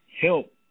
Help